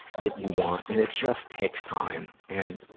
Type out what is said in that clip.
that you want. and it just takes time, and,